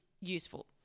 useful